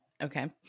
Okay